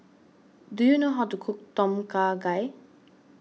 do you know how to cook Tom Kha Gai